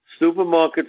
Supermarkets